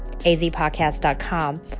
azpodcast.com